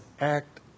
act